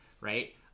Right